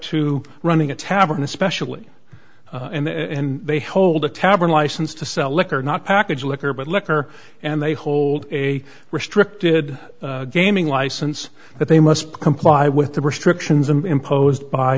to running a tavern especially and they hold a tavern license to sell liquor not package liquor but liquor and they hold a restricted gaming license that they must comply with the restrictions and imposed by